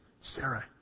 Sarah